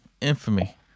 Infamy